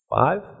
five